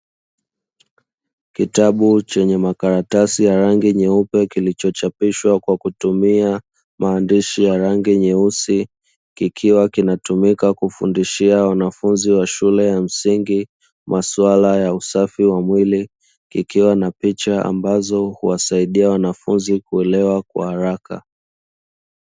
Kitabu chenye makaratasi ya rangi nyeupe kilichochapishwa kwa kutumia maandishi ya rangi nyeusi, kikiwa kinatumika kufundishia wanafunzi wa shule ya msingi masuala ya usafi wa mwili; kikiwa na picha ambazo huwasaidia wanafunzi kuelewa kwa haraka.